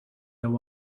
their